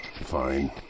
Fine